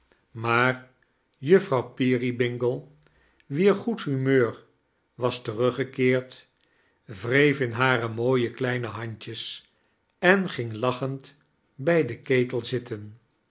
maar juffrouw peerybingle wier goed humeur was teruggekeerd wreef in hare mooie kleine handjes en ging lachend bij den ketel zitten